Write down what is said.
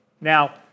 Now